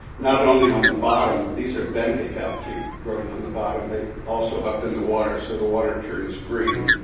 not only on the bottom these are benthic algae growing on the bottom, but also up in the water, so the water turns green.